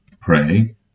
Pray